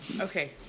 Okay